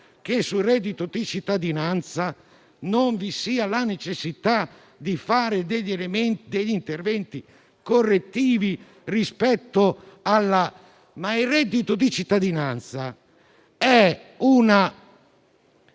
che sul reddito di cittadinanza non vi sia la necessità di fare degli interventi correttivi. Ma